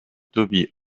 toby